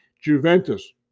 Juventus